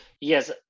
Yes